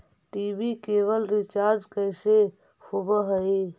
TV cable recharge कैसे होब हइ?